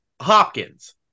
Hopkins